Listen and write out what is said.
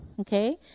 Okay